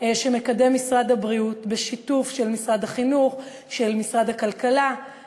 שמקדם משרד הבריאות בשיתוף של משרד החינוך, של